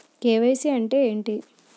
KYC అంటే ఏంటి?